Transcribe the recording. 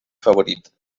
favorit